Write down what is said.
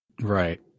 Right